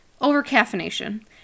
Over-caffeination